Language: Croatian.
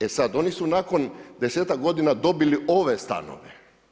E sada, oni su nakon 10-ak godina dobili ove stanove.